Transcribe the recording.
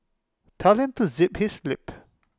tell him to zip his lip